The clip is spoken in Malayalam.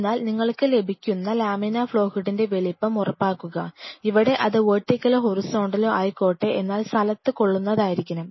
അതിനാൽ നിങ്ങൾക്ക് ലഭിക്കുന്ന ലാമിനാർ ഫ്ലോ ഹൂഡിന്റെ വലുപ്പം ഉറപ്പാക്കുക ഇവിടെ അത് വെർട്ടികലോ ഹൊറിസോണ്ടലോ ആയിക്കോട്ടെ എന്നാൽ സ്ഥലത് കൊള്ളുന്നതായിരിക്കണം